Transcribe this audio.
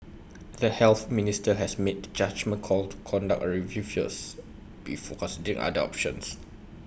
the health minister has made judgement call to conduct A review first before considering other options